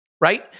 right